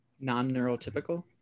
Non-neurotypical